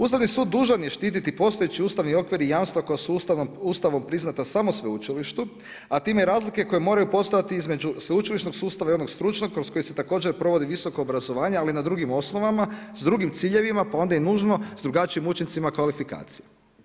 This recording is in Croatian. Ustavni sud dužan je štititi postojeći ustavni okvir i jamstva koja su Ustavom priznata samo sveučilištu, a time i razlike koje moraju postojati između sveučilišnog sustava i onog stručnog kroz koji se također provodi visoko obrazovanje, ali na drugim osnovama, sa drugim ciljevima, pa onda je nužno sa drugačijim učincima kvalifikacije.